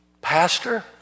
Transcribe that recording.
pastor